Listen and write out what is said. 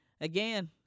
again